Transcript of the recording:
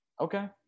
okay